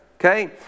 okay